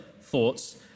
thoughts